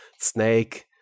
snake